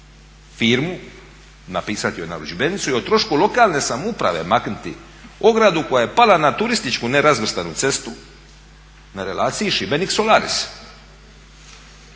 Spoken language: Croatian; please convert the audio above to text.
firmu napisati joj narudžbenicu i o trošku lokalne samouprave maknuti ogradu koja je pala na turističku nerazvrstanu cestu na relaciji Šibenik-Solaris.